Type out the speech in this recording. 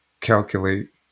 calculate